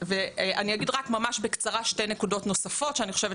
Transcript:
אני אגיד רק ממש בקצרה שתי נקודות נוספות שאני חושבת